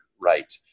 right